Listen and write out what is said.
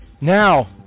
Now